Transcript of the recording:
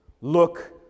look